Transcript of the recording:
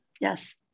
Yes